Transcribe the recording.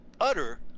utter